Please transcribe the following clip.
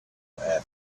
afternoon